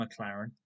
McLaren